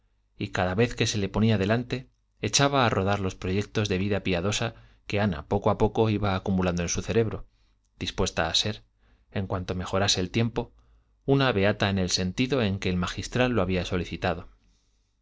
y cada vez que se le ponía delante echaba a rodar los proyectos de vida piadosa que ana poco a poco iba acumulando en su cerebro dispuesta a ser en cuanto mejorase el tiempo una beata en el sentido en que el magistral lo había solicitado